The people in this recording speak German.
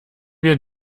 wir